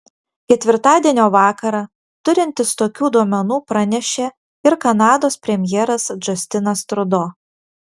ketvirtadienio vakarą turintis tokių duomenų pranešė ir kanados premjeras džastinas trudo